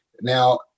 Now